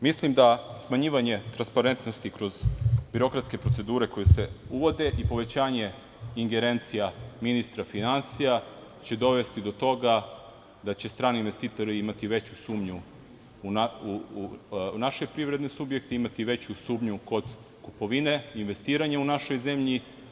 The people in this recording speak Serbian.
Mislim da smanjivanje transparentnosti kroz birokratske procedure, koje se uvode i povećanje ingerencija ministra finansija, će dovesti do toga da će strani investitori imati veću sumnju u naše privredne subjekte, imati veću sumnju kod kupovine, investiranja u našoj zemlji.